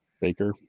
baker